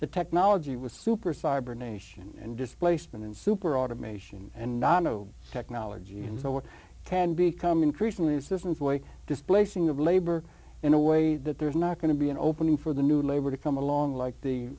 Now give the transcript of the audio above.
the technology was super cyber nation and displacement and super automation and nano technology and so we can become increasingly systems way displacing of labor in a way that there's not going to be an opening for the new labor to come along